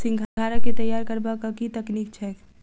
सिंघाड़ा केँ तैयार करबाक की तकनीक छैक?